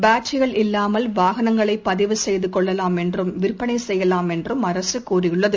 பேட்டரிகள் இல்லாமல் வாகனங்களைபதிவு செய்துகொள்ளலாம் என்றும் விற்பனைசெய்யலாம் என்றும் அரசுதெரிவித்துள்ளது